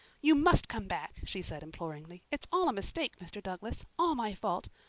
you must come back, she said imploringly. it's all a mistake, mr. douglas all my fault.